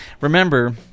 Remember